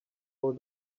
hold